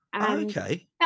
Okay